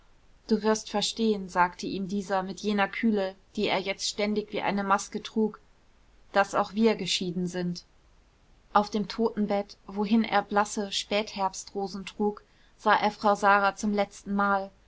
du wirst verstehen sagte ihm dieser mit jener kühle die er jetzt ständig wie eine maske trug daß auch wir geschieden sind auf dem totenbett wohin er blasse spätherbstrosen trug sah er frau sara zum letztenmal